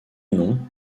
nom